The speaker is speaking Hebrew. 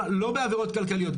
לא בעבירות כלכליות,